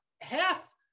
half